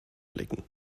blicken